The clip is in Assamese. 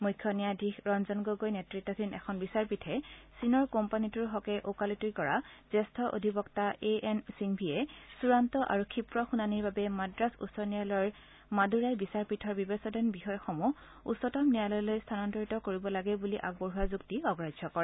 মুখ্য ন্যায়াধীশ ৰঞ্জন গগৈ নেতৃতাধীন এখন বিচাৰপীঠে চীনৰ কোম্পানীটোৰ হকে ওকালতি কৰা জ্যেষ্ঠ অধিবক্তা এ এন সিংভিয়ে চূড়ান্ত আৰু ক্ষীপ্ৰ শুনানীৰ বাবে মাদ্ৰাজ উচ্চ ন্যায়ালয়ৰ মাদুৰাই বিচাৰপীঠৰ বিবেচনাধীন বিষয়সমূহ উচ্চতম ন্যায়ালয়লৈ স্থানান্তৰিত কৰিব লাগে বুলি আগবঢ়োৱা যুক্তি অগ্ৰাহ্য কৰে